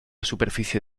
superficie